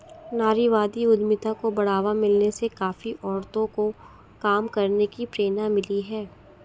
नारीवादी उद्यमिता को बढ़ावा मिलने से काफी औरतों को काम करने की प्रेरणा मिली है